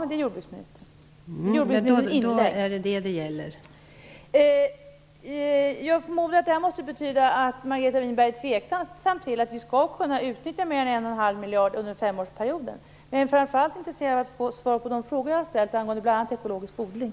Fru talman! Det här gäller jordbruksministern. Jag förmodar att det här måste betyda att Margareta Winberg är tveksam till att vi skall kunna utnyttja mer än 1,5 miljard under femårsperioden. Jag är framför allt intresserad av att få svar på frågor jag har ställt angående bl.a. ekologisk odling.